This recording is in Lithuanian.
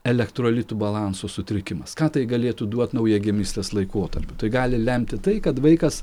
elektrolitų balanso sutrikimas ką tai galėtų duot naujagimystės laikotarpiu tai gali lemti tai kad vaikas